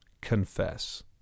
Confess